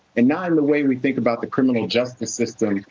and not in the way we think about the criminal justice system,